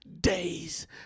days